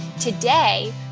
Today